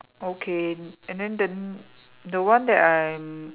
okay and then the the one that I'm